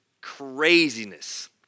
craziness